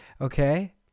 Okay